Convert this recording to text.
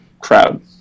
crowd